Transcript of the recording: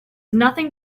nothing